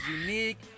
unique